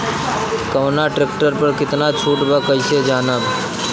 कवना ट्रेक्टर पर कितना छूट बा कैसे जानब?